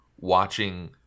watching